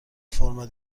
فرم